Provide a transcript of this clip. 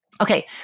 Okay